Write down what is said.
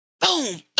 boom